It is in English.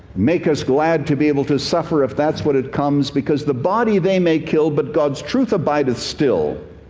make us glad to be able to suffer, if that's what it comes. because the body they may kill, but god's truth abideth still.